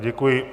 Děkuji.